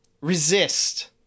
resist